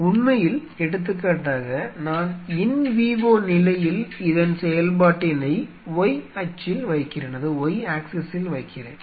உண்மையில் எடுத்துக்காட்டாக நான் இன் விவோ நிலையில் இதன் செயல்பாட்டினை Y அச்சில் வைக்கிறேன்